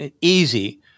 easy